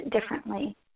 differently